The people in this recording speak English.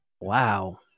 Wow